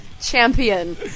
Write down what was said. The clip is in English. champion